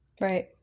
Right